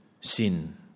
sin